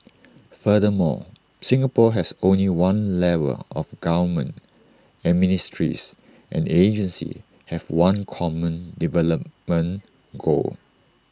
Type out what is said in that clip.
furthermore Singapore has only one level of government and ministries and agencies have one common development goal